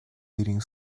leading